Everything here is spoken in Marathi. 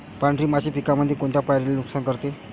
पांढरी माशी पिकामंदी कोनत्या पायरीले नुकसान करते?